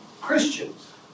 Christians